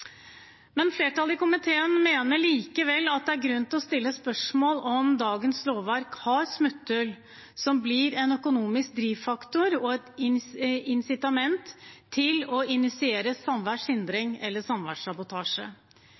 Flertallet i komiteen mener likevel det er grunn til å stille spørsmål ved om dagens lovverk har smutthull som blir en økonomisk drivfaktor og et insitament til å initiere samværshindring eller